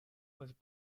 was